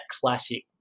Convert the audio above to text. classic